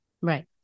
Right